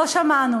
לא שמענו.